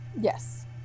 yes